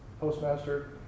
postmaster